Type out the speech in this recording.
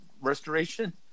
restoration